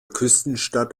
küstenstadt